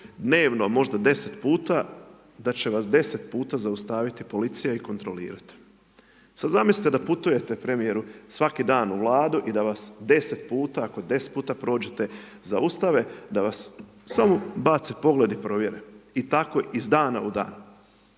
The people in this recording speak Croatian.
dnevno možda 10 puta, da će vas 10 puta zaustaviti policija i kontrolirati. Sada zamislite da putujete premijeru svaki dan u Vladu i da vas 10 puta, ako 10 puta prođete, zaustave, da vas samo bace pogled i provjere i tako iz dana u dan.